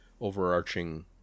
overarching